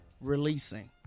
Releasing